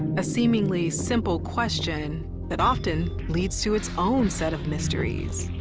a seemingly simple question that often leads to its own set of mysteries.